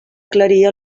aclarir